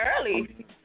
early